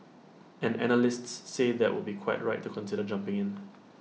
and analysts say that would be quite right to consider jumping in